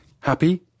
Happy